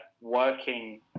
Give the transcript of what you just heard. working